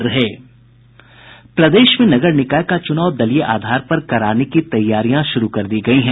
प्रदेश में नगर निकाय का चुनाव दलीय आधार पर कराने की तैयारियां शुरू कर दी गयी है